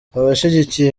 abashigikiye